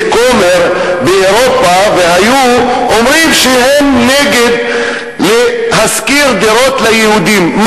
כומר באירופה והיו אומרים שהם נגד השכרת דירות ליהודים,